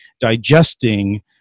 digesting